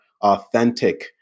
authentic